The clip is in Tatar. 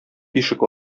ишек